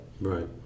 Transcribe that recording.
Right